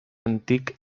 antic